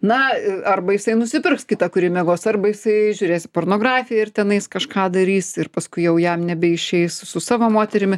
na arba jisai nusipirks kitą kuri miegos arba jisai žiūrės pornografiją ir tenai kažką darys ir paskui jau jam nebeišeis su savo moterimi